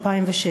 2006,